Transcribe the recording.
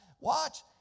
Watch